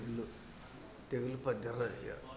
తెగులు తెగులు పద్దెర్ర ఇక